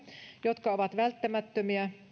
jotka ovat välttämättömiä